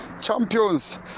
champions